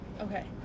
Okay